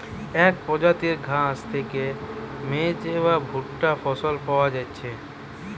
এক প্রজাতির ঘাস থিকে মেজ বা ভুট্টা ফসল পায়া যাচ্ছে